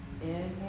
inhale